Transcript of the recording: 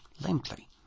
limply